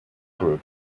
group